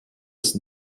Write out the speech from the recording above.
ist